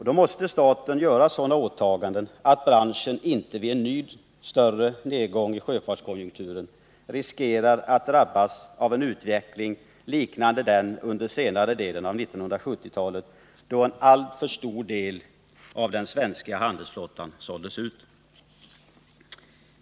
Då måste staten göra sådana åtaganden att branschen inte vid en ny större nedgång i sjöfartskonjunkturen riskerar att drabbas av en utveckling liknande den under senare delen av 1970-talet, då en alltför stor del av den svenska handelsflottan såldes ut.